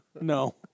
No